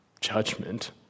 judgment